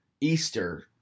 Easter